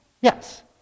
yes